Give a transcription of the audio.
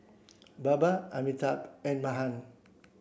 Baba Amitabh and Mahan